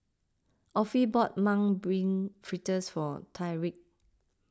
Offie bought Mung Bean Fritters for Tyrik